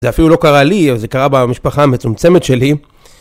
זה אפילו לא קרה לי, זה קרה במשפחה המצומצמת שלי.